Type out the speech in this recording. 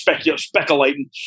speculating